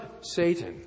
Satan